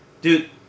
Dude